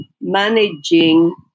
managing